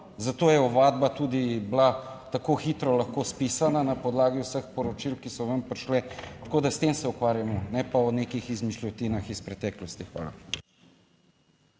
zato je ovadba tudi bila tako hitro lahko spisana, na podlagi vseh poročil, ki so ven prišle, tako da s tem se ukvarjamo, ne pa o nekih izmišljotinah iz preteklosti. Hvala.